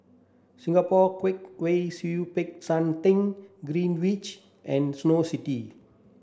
Singapore Kwong Wai Siew Peck San Theng Greenwich which and Snow City